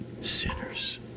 sinners